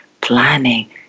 planning